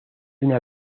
una